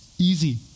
Easy